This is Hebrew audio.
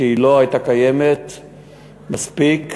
שלא הייתה קיימת מספיק.